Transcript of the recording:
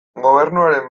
gobernuaren